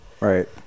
Right